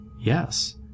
Yes